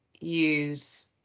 use